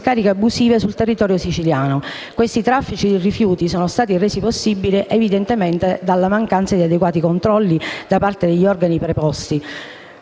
discariche abusive sul territorio siciliano. Questi traffici di rifiuti sono stati resi possibili, evidentemente, dalla mancanza di adeguati controlli da parte degli organi preposti,